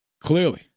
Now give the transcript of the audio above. clearly